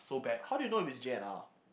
how do you know if it's J_N_R